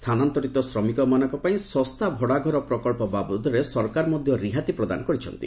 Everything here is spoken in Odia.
ସ୍ଥାନାନ୍ତରିତ ଶ୍ରମିକମାନଙ୍କ ପାଇଁ ଶସ୍ତା ଭଡ଼ାଘର ପ୍ରକଳ୍ପ ବାବଦରେ ସରକାର ମଧ୍ୟ ରିହାତି ପ୍ରଦାନ କରିଛନ୍ତି